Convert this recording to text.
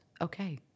Okay